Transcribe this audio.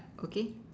okay